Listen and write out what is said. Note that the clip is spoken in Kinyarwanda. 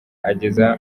ageza